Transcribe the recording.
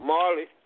Marley